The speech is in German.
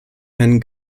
herrn